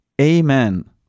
amen